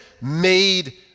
made